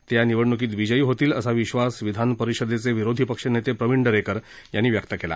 ते या निवडणुकीत विजयी होतील असा विश्वास विधानपरिषदेचे विरोधी पक्ष नेते प्रविण दरेकर यांनी व्यक्त केला